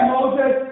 Moses